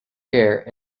care